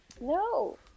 No